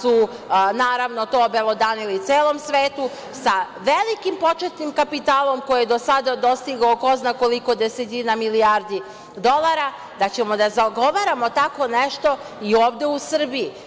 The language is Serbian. su, naravno, to obelodanili celom svetu, sa velikim početnim kapitalom koji je do sada dostigao ko zna koliko desetina milijardi dolara, da ćemo da zagovaramo tako nešto i ovde u Srbiji.